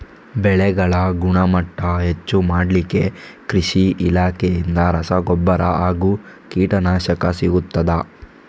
ಬೆಳೆಗಳ ಗುಣಮಟ್ಟ ಹೆಚ್ಚು ಮಾಡಲಿಕ್ಕೆ ಕೃಷಿ ಇಲಾಖೆಯಿಂದ ರಸಗೊಬ್ಬರ ಹಾಗೂ ಕೀಟನಾಶಕ ಸಿಗುತ್ತದಾ?